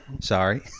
sorry